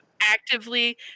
actively